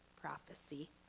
prophecy